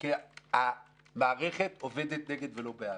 כי המערכת עובדת נגד ולא בעד.